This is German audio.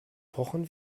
pochen